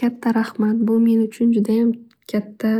Katta rahmat bu men uchun judayam katta